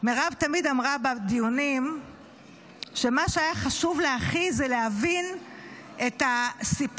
מירב תמיד אמרה בדיונים שמה שהיה הכי חשוב לה זה להבין את הסיפור